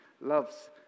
loves